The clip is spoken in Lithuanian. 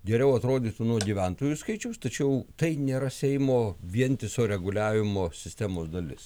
geriau atrodytų nuo gyventojų skaičiaus tačiau tai nėra seimo vientiso reguliavimo sistemos dalis